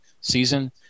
season